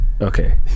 Okay